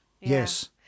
Yes